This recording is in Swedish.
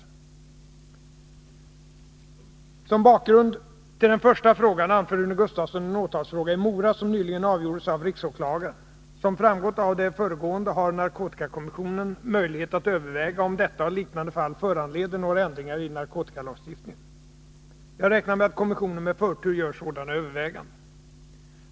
Som bakgrund till den första frågan anför Rune Gustavsson en åtalsfråga i Mora som nyligen avgjordes av riksåklagaren. Som framgått av det föregående har narkotikakommissionen möjlighet att överväga om detta och liknande fall föranleder några förändringar i narkotikalagstiftningen. Jag räknar med att kommissionen med förtur gör sådana överväganden.